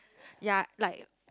yea like